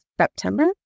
September